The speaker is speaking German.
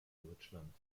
deutschland